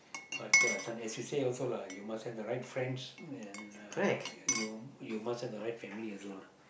but the as you say also lah you must have the right friends and uh you you must have the right family also lah